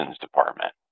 department